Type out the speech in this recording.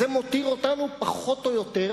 זה מותיר אותנו, פחות או יותר,